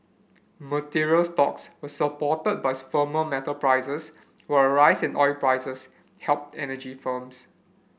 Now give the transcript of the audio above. materials stocks were supported by firmer metal prices while a rise in oil prices helped energy firms